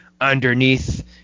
underneath